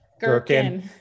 gherkin